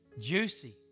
juicy